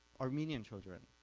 armenian children,